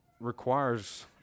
requires